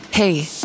Hey